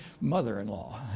mother-in-law